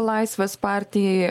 laisvės partijai